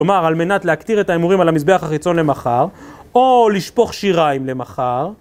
כלומר, על מנת להקטיר את האימורים על המזבח החיצון למחר, או לשפוך שיריים למחר